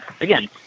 again